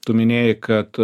tu minėjai kad